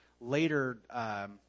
later